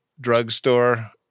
drugstore